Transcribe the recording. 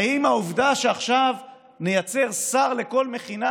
האם העובדה שעכשיו נייצר שר לכל מכינה